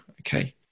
okay